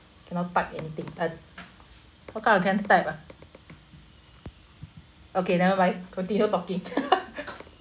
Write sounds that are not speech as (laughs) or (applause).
cannot type anything uh how come I cannot type ah okay never mind continue talking (laughs)